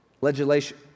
legislation